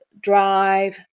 drive